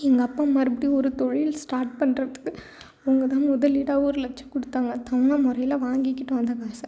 எங்கள் அப்பா மறுபடியும் ஒரு தொழில் ஸ்டார்ட் பண்ணுறதுக்கு அவங்க தான் முதலீடாக ஒரு லட்சம் கொடுத்தாங்க தவணை முறையில் வாங்கிக்கிட்டோம் அந்த காசை